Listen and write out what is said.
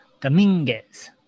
dominguez